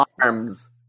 Arms